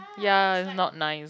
ya it's not nice